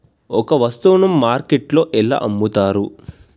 ఒక వస్తువును మార్కెట్లో ఎలా అమ్ముతరు?